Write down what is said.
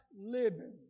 living